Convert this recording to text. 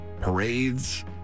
parades